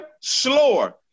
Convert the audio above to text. slower